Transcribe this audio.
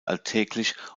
alltäglich